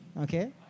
Okay